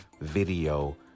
video